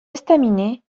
estaminets